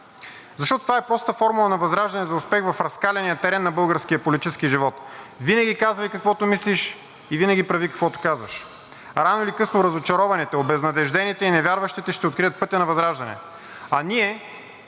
Защото това е простата формула на ВЪЗРАЖДАНЕ за успех в разкаляния терен на българския политически живот – винаги казвай каквото мислиш и винаги прави каквото казваш! Рано или късно разочарованите, обезнадеждените и невярващите ще открият пътя на ВЪЗРАЖДАНЕ. А ние,